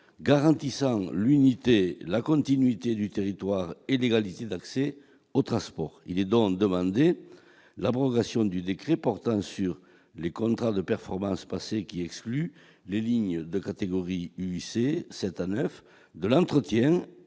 garantissant l'unité, la continuité du territoire et l'égalité d'accès aux transports, il est donc demandé l'abrogation du décret portant sur les contrats de performances passées qui exclut les lignes de catégorie lycée cette à 9 de l'entretien